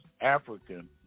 African